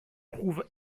trouve